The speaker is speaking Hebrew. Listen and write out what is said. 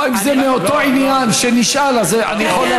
לא, אם זה מאותו עניין שנשאל, אז אני יכול להבין.